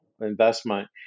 investment